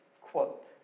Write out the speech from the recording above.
Quote